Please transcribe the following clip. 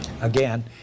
Again